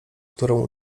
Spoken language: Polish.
którą